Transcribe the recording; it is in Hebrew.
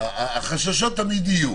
החששות תמיד יהיו.